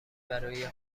برای